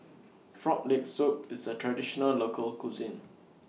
Frog Leg Soup IS A Traditional Local Cuisine